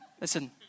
Listen